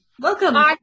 Welcome